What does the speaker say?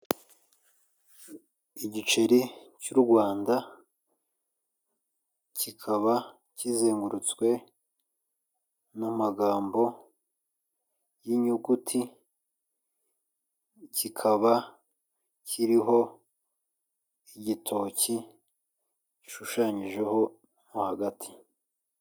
Igiceri cy'u Rwanda kikaba kizengurutswe n'amagambo y'inyuguti kikaba kiriho igitoki gishushanyijeho hagati.